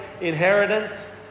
inheritance